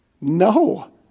No